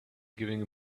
giving